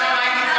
שזה שלום קר.